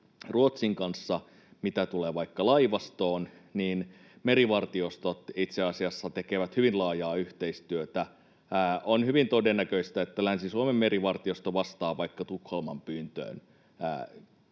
Ruotsin kanssa, mitä tulee vaikka laivastoon, niin merivartiostot itse asiassa tekevät hyvin laajaa yhteistyötä. On hyvin todennäköistä, että Länsi-Suomen merivartiosto vastaa vaikka Tukholman pyyntöön